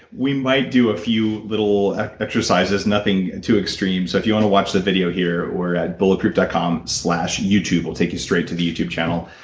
we might do a few little exercises, nothing too extreme, so if you want to watch the video here or at bulletproof dot com slash youtube, will take you straight to the youtube channel,